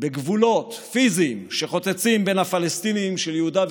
בגבולות פיזיים שחוצצים בין הפלסטינים של יהודה,